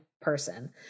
person